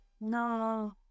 No